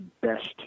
best